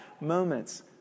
moments